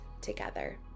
together